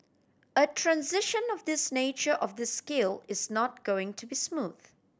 a transition of this nature of this scale is not going to be smooth